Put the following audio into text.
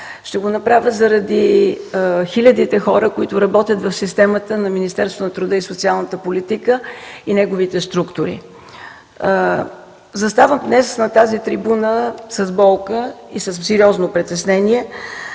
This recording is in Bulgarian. Ще го направя заради хилядите хора, които работят в системата на Министерството на труда и социалната политика и неговите структури. Заставам днес на тази трибуна с болка и сериозно притеснение,